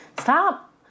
stop